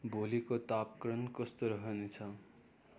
भोलिको तापक्रम कस्तो रहनेछ